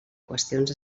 qüestions